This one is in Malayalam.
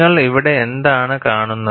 നിങ്ങൾ ഇവിടെ എന്താണ് കാണുന്നത്